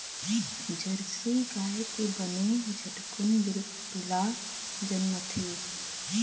Jersey गाय के बने झटकुन पिला जनमथे